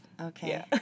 Okay